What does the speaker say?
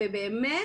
באמת